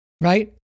right